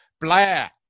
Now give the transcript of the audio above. blair